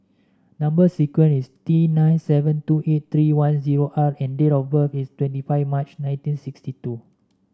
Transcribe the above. number sequence is T nine seven two eight three one zero R and date of birth is twenty five March nineteen sixty two